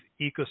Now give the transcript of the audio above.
ecosystem